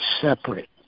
separate